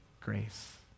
grace